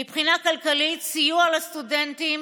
מבחינה כלכלית, סיוע לסטודנטים